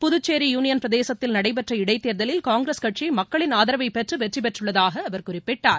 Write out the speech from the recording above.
Puducherry union பிரசேதசத்தில் நடைபெற்ற இடைத்தேர்தலில் காங்கிரஸ் கட்சி மக்களின் ஆதரவை பெற்று வெற்றி பெற்றுள்ளதாக அவர் குறிப்பிட்டார்